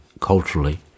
culturally